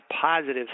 positive